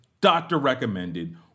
doctor-recommended